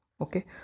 Okay